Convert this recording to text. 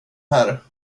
här